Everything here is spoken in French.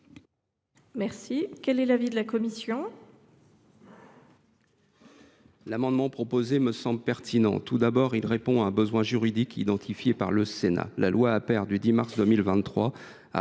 article. Quel est l’avis de la commission ?